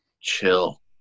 Chill